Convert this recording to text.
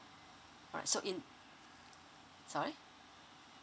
alright so in sorry